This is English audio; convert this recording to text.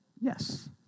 Yes